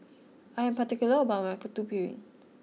I am particular about my Putu Piring